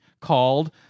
called